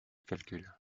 calcul